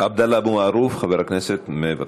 עבדאללה אבו מערוף, חבר הכנסת, מוותר.